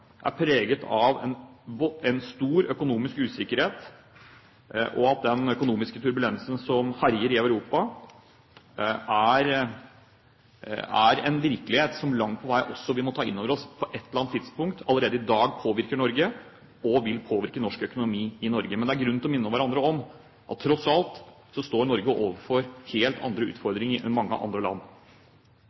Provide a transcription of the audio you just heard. er preget av en stor økonomisk usikkerhet, og den økonomiske turbulensen som herjer i Europa, er en virkelighet som vi også langt på vei må ta inn over oss på et eller annet tidspunkt at allerede i dag påvirker Norge, og vil påvirke norsk økonomi. Men det er grunn til å minne hverandre om at tross alt står Norge overfor helt andre utfordringer enn mange andre land.